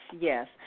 yes